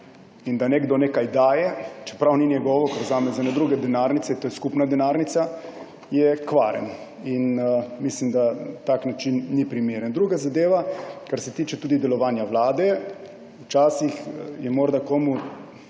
in da nekdo nekaj daje, čeprav ni njegovo, ker vzame iz ene druge denarnice, to je skupna denarnica, je kvarni. Mislim, da tak način ni primeren. Druga zadeva, kar se tiče tudi delovanja vlade. Včasih je morda komu,